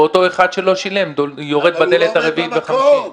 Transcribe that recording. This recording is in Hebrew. ואותו אחד שלא שילם יורד בדלת הרביעית והחמישית.